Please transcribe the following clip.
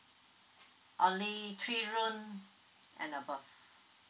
only three room and above